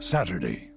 Saturday